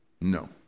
No